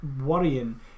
worrying